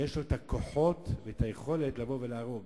שיש לו הכוחות והיכולת לבוא ולהרוג